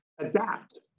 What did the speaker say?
adapt